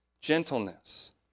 gentleness